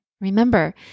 Remember